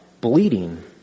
bleeding